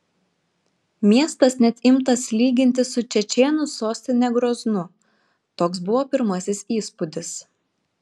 miestas net imtas lyginti su čečėnų sostine groznu toks buvo pirmasis įspūdis